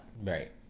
Right